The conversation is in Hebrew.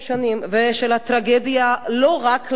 ושל הטרגדיה, לא רק הלאומית